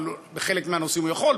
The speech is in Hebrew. אבל בחלק מהנושאים הוא יכול,